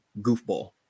goofball